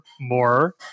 more